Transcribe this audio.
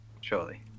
surely